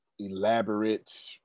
elaborate